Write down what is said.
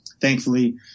thankfully